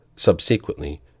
Subsequently